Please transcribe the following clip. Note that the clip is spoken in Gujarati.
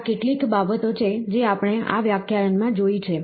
આ કેટલીક બાબતો છે જે આપણે આ વ્યાખ્યાયન માં જોઈ છે